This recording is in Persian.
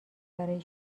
برای